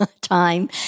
time